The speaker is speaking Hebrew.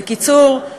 בקיצור,